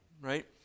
right